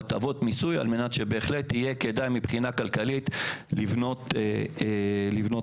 על מנת שבהחלט יהיה כדאי מבחינה כלכלית לבנות בפריפריה.